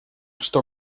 что